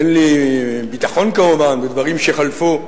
אין לי ביטחון, כמובן, בדברים שחלפו: